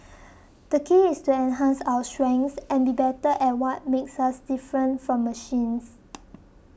the key is to enhance our strengths and be better at what makes us different from machines